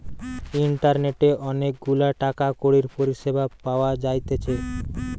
ইন্টারনেটে অনেক গুলা টাকা কড়ির পরিষেবা পাওয়া যাইতেছে